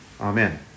Amen